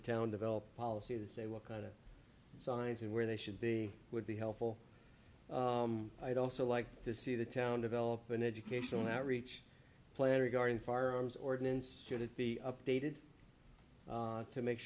the town develop policy to say what kind of signs and where they should be would be helpful i'd also like to see the town develop an educational outreach plan regarding far as ordinance should it be updated to make